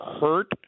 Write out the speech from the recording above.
hurt